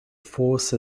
force